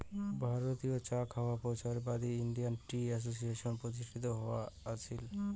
ভারতীয় চা খাওয়ায় প্রচারের বাদী ইন্ডিয়ান টি অ্যাসোসিয়েশন প্রতিষ্ঠিত হয়া আছিল